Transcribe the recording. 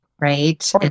right